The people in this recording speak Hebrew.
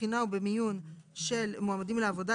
בבחינה ובמיון של מועמדים לעבודה,